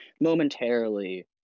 momentarily